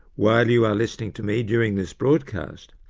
while you are listening to me during this broadcast,